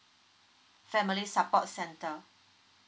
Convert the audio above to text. family support centre